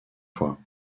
fois